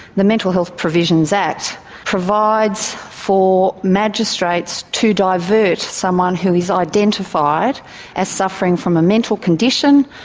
the mental health provisions act provides for magistrates to divert someone who is identified as suffering from a mental condition,